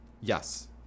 Yes